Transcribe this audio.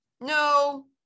no